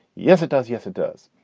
yes, it does. yes, it does.